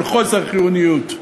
של חוסר חיוניות,